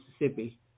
Mississippi